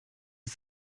ist